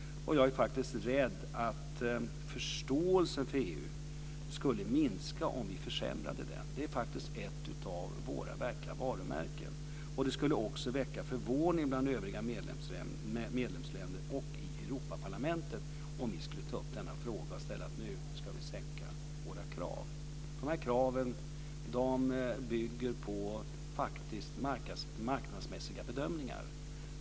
Jag är rädd att förståelsen för EU skulle minska om vi försämrade den. Den är ett av våra verkliga varumärken. Det skulle väcka förvåning bland övriga medlemsländer och i Europaparlamentet om vi skulle ta upp den frågan och säga att vi ska sänka våra krav. Kraven bygger på marknadsmässiga bedömningar.